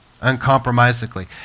uncompromisingly